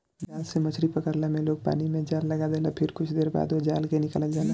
जाल से मछरी पकड़ला में लोग पानी में जाल लगा देला फिर कुछ देर बाद ओ जाल के निकालल जाला